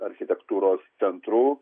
architektūros centrų